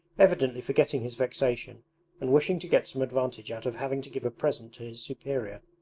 evidently forgetting his vexation and wishing to get some advantage out of having to give a present to his superior.